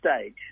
stage